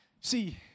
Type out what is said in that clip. See